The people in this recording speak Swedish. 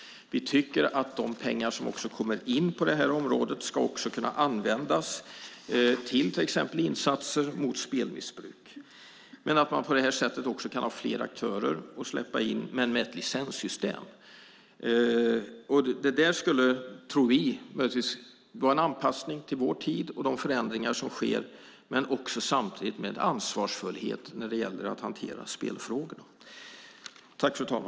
Vi tycker att de pengar som kommer in på det här området också ska kunna användas för insatser mot spelmissbruk. Man kan släppa in fler aktörer men det ska vara med ett licenssystem. Vi tror att det skulle vara en anpassning till vår tid och till de förändringar som sker samtidigt som man är ansvarsfull i hanteringen av spelfrågorna.